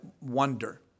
wonder